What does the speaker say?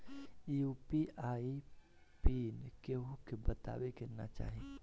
UPI PIN केहू के बतावे के ना चाही